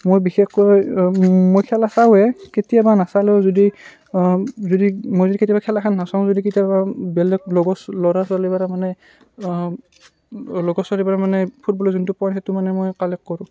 মোৰ বিশেষকৈ মই খেলা চাওঁৱেই কেতিয়াবা নাচালেও যদি যদি মই যদি কেতিয়াবা খেলখন নাচাওঁ যদি কেতিয়াবা বেলেগ লগৰ চ' ল'ৰা ছোৱালীৰ পৰা মানে লগৰ চ'লিৰ পৰা মানে ফুটবলৰ যোনটো পইণ্ট সেইটো মানে মই কালেক্ট কৰোঁ